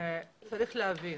צריך להבין,